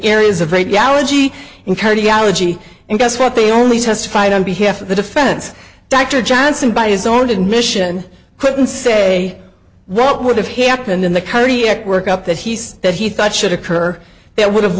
areas of radiology in cardiology and guess what they only testified on behalf of the defense dr johnson by his own admission couldn't say what would have happened in the cardiac work up that he said that he thought should occur that would have